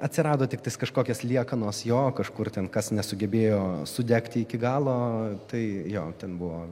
atsirado tiktais kažkokios liekanos jo kažkur ten kas nesugebėjo sudegti iki galo tai jo ten buvo